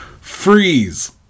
freeze